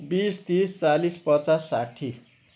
बिस तिस चालिस पचास साठी